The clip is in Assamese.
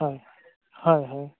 হয় হয় হয়